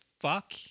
fuck